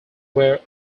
were